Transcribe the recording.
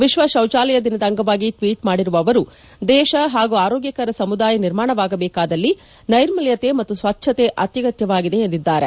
ವಿಶ್ವ ಶೌಚಾಲಯ ದಿನದ ಅಂಗವಾಗಿ ಟ್ವೀಟ್ ಮಾಡಿರುವ ಅವರು ದೇಶ ಹಾಗೂ ಆರೋಗ್ಯಕರ ಸಮುದಾಯ ನಿರ್ಮಾಣವಾಗಬೇಕಾದಲ್ಲಿ ನೈರ್ಮಲ್ಯತೆ ಮತ್ತು ಸ್ವಚ್ವತೆ ಅತ್ಯಗತ್ಯವಾಗಿದೆ ಎಂದಿದ್ದಾರೆ